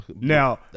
now